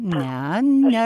ne ne